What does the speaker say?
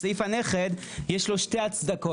סעיף הנכד, יש לו שתי הצדקות.